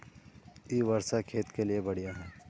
इ वर्षा खेत के लिए बढ़िया है?